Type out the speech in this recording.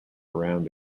around